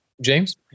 James